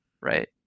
Right